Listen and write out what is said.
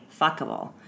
fuckable